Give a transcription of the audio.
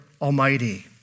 Almighty